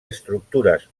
estructures